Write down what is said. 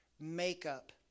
makeup